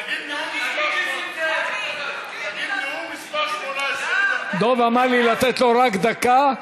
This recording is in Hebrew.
תגיד: נאום מס' 18. דב אמר לי לתת לו רק דקה.